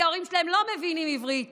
כי ההורים שלהם לא מבינים עברית